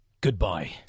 goodbye